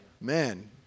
Man